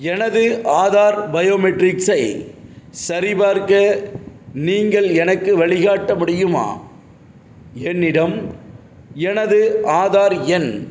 எனது ஆதார் பயோமெட்ரிக்ஸை சரிபார்க்க நீங்கள் எனக்கு வழிகாட்ட முடியுமா என்னிடம் எனது ஆதார் எண்